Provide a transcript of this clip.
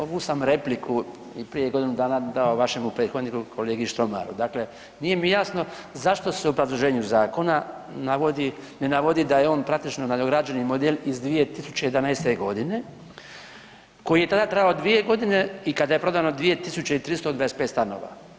Ovu sam repliku i prije godinu dana dao vašem prethodniku kolegi Štromaru, dakle nije mi jasno zašto se u obrazloženju zakona ne navodi da je on praktično nadograđeni model iz 2011.g. koji je tada trajao dvije godine i kada je prodano 2.325 stanova.